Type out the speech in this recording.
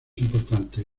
importantes